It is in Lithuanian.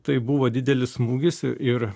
tai buvo didelis smūgis ir